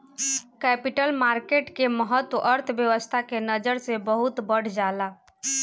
capital market के महत्त्व अर्थव्यस्था के नजर से बहुत बढ़ जाला